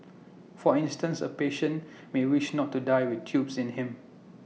for instance A patient may wish not to die with tubes in him